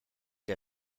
der